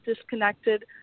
disconnected